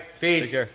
peace